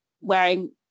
wearing